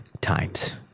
times